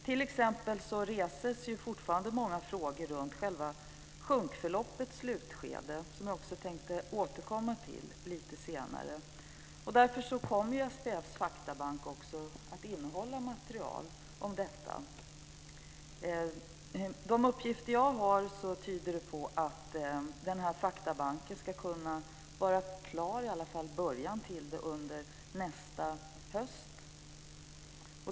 T.ex. reses fortfarande många frågor runt själva sjunkförloppets slutskede, som jag också tänkte återkomma till lite senare. Därför kommer SPF:s faktabank att innehålla material om detta. De uppgifter jag har tyder på att faktabanken ska kunna vara klar till nästa höst.